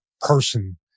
person